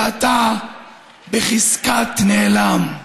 ואתה בחזקת נעלם,